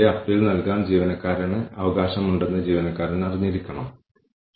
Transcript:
2007 July August മാസങ്ങളിൽ Harvard Business റിവ്യൂവിൽ ഈ പേപ്പർ പ്രസിദ്ധീകരിച്ചിട്ടുണ്ട്